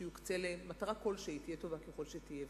שיוקצה למטרה כלשהי, תהיה טובה ככל שתהיה.